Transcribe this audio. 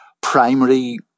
primary